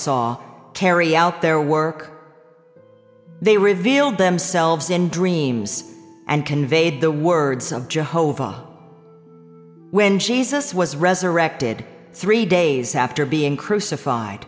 saw carry out their work they revealed themselves in dreams and conveyed the words of jehovah when jesus was resurrected three days after being crucified